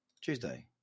Tuesday